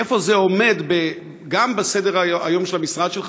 איפה זה עומד גם בסדר-היום של המשרד שלך